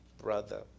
Brother